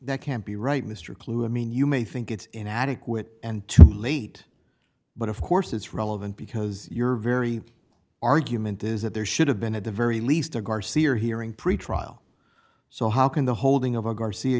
that can't be right mr clue i mean you may think it's inadequate and too late but of course it's relevant because your very argument is that there should have been at the very least a garci or hearing pre trial so how can the holding of a garcia